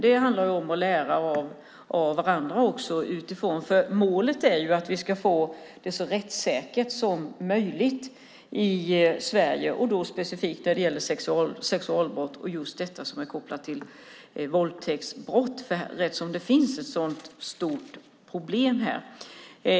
Det handlar också om att lära av varandra, för målet är ju att vi ska få det så rättssäkert som möjligt i Sverige. Det gäller specifikt sexualbrott och det som är kopplat till våldtäktsbrott, eftersom det finns ett så stort problem här.